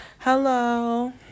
Hello